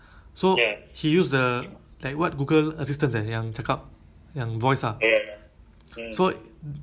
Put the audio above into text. ah or birthday ah ah I think birthday also no birthday is like very hard to guess [what]